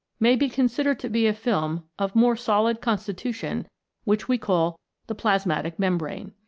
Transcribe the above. may be considered to be a film of more solid con stitution which we call the plasmatic membrane.